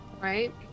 Right